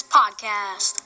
podcast